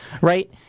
right